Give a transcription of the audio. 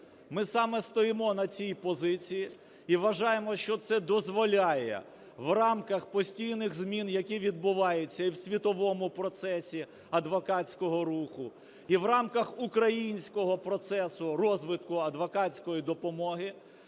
Ми саме стоїмо на цій позиції і вважаємо, що це дозволяє в рамках постійних змін, які відбуваються і в світовому процесі адвокатського руху, і в рамках українського процесу розвитку адвокатської допомоги